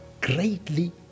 greatly